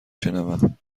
شنوم